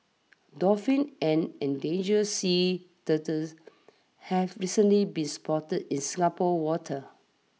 dolphins and endangered sea turtles have recently been spotted in Singapore's waters